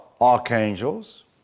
archangels